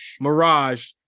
Mirage